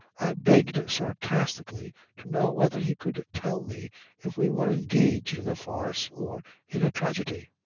i begged sarcastically to know whether he could tell me if we were engaged in a farce or in a tragedy.